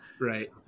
right